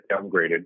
downgraded